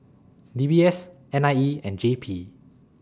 D B S N I E and J P